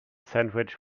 sandwich